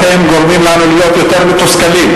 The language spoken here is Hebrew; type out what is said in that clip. אתם גורמים לנו להיות יותר מתוסכלים.